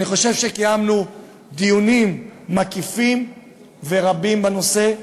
אני חושב שקיימנו דיונים מקיפים ורבים בנושא,